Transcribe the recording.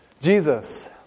Jesus